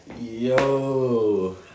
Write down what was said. yo